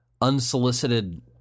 unsolicited